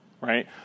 right